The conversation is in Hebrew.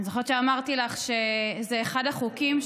אני זוכרת שאמרתי לך שזה אחד החוקים,